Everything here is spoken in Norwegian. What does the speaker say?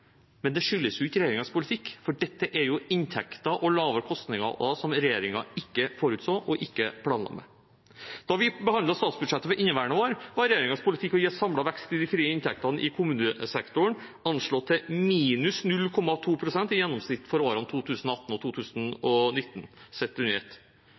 men det skyldes ikke regjeringens politikk, for dette er inntekter og lavere kostnader som regjeringen ikke forutså og ikke planla med. Da vi behandlet statsbudsjettet for inneværende år, var regjeringens politikk å gi en samlet vekst i de frie inntektene i kommunesektoren anslått til -0,2 pst. i gjennomsnitt for 2018 og